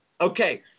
Okay